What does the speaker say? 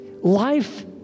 life